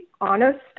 honest